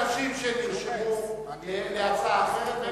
יש אנשים שנרשמו להצעה אחרת,